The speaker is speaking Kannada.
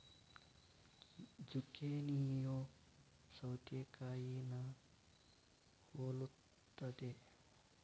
ಜುಕೇನಿಯೂ ಸೌತೆಕಾಯಿನಾ ಹೊಲುತ್ತದೆ